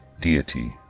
deity